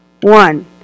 One